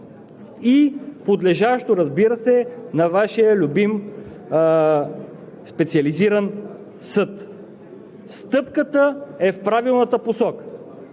и подлежащо, разбира се, на Вашия любим Специализиран съд. Стъпката е в правилната посока.